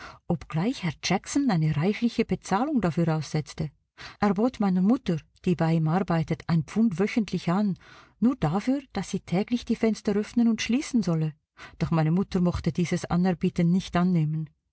obgleich herr jackson eine reichliche bezahlung dafür aussetzte er bot meiner mutter die bei ihm arbeitet ein pfund wöchentlich an nur dafür daß sie täglich die fenster öffnen und schließen solle doch meine mutter mochte dieses anerbieten nicht annehmen